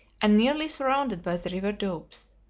and nearly surrounded by the river doubs.